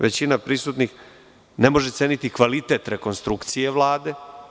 Većina prisutnih ne može ceniti kvalitet rekonstrukcije Vlade.